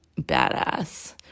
badass